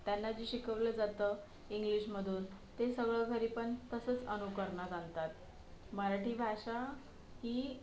त्यांना जे शिकवलं जातं इंग्लिशमधून ते सगळं घरीपण तसंच अनुकरणात आणतात मराठी भाषा ही